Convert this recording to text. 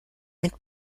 mit